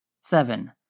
Seven